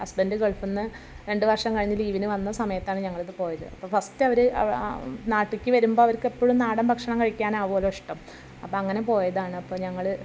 husband ഗൾഫിൽ നിന്ന് രണ്ട് വർഷം കഴിഞ്ഞ് ലീവിന് വന്ന സമയത്താണ് ഞങ്ങളത് പോയത് അപ്പം ഫസ്റ്റവർ നാട്ടിലേക്ക് വരുമ്പോൾ അവർക്കെപ്പോഴും നാടൻ ഭക്ഷണം കഴിക്കാനാവുമല്ലോ ഇഷ്ടം അപ്പം അങ്ങനെ പോയതാണ് അപ്പോൾ ഞങ്ങൾ